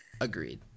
Agreed